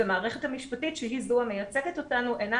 והמערכת המשפטית שהיא זו המייצגת אותנו אינה